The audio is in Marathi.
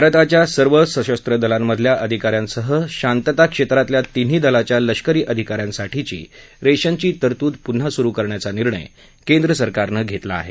भारताच्या सर्व सशस्त्र दलांमधल्या अधिकाऱ्यांसह शांतता क्षेत्रातल्या तिन्ही दलाच्या लष्करी अधिकाऱ्यांसाठीची रेशनची तरतूद पुन्हा सुरू करण्याचा निर्णय केंद्र सरकारनं घेतला आहे